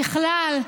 ככלל,